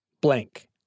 Blank